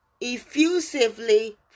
effusively